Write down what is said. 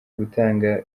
gutanga